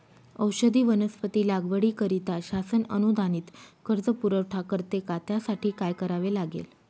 औषधी वनस्पती लागवडीकरिता शासन अनुदानित कर्ज पुरवठा करते का? त्यासाठी काय करावे लागेल?